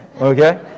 Okay